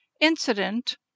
incident